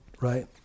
right